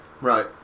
Right